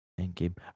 Endgame